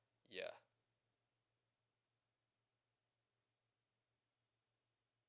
ya